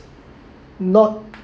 not